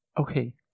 Okay